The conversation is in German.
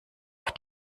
auf